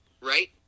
right